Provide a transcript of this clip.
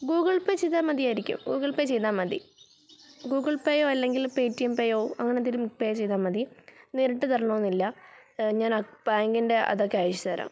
Google pay ചെയ്താൽ മതിയായിരിക്കും Google pay ചെയ്താൽ മതി ഗൂഗിൾ പേയോ അല്ലെങ്കില് പേ റ്റി എം പേയോ അങ്ങനെയെന്തെങ്കിലും പേ ചെയ്താൽ മതി നേരിട്ട് തരണമെന്നില്ല ഞാന് ആ ബാങ്കിന്റെ അതൊക്കെ അയച്ചു തരാം